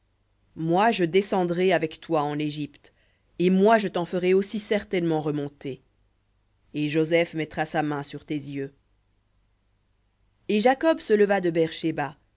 moi je descendrai avec toi en égypte et moi je t'en ferai aussi certainement remonter et joseph mettra sa main sur tes yeux et jacob se leva de beër shéba